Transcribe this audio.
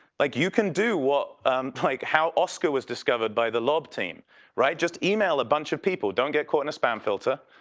like, you can do like how oscar was discovered by the lob team right. just email a bunch of people, don't get caught in a spam filter.